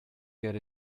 get